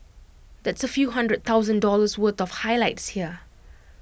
that's A few hundred thousand dollars worth of highlights here